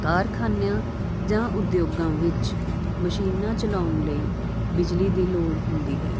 ਕਾਰਖ਼ਾਨਿਆਂ ਜਾਂ ਉਦਯੋਗਾਂ ਵਿੱਚ ਮਸ਼ੀਨਾਂ ਚਲਾਉਣ ਲਈ ਬਿਜਲੀ ਦੀ ਲੋੜ ਹੁੰਦੀ ਹੈ